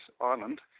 island